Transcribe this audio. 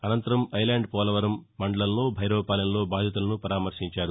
అనంతరం ఐలాండ్ పోలవరం మండలం భైరవపాలెంలో బాధితులను పరామర్శించారు